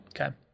Okay